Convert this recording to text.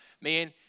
Man